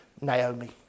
Naomi